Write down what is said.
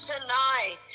tonight